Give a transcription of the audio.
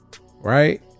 Right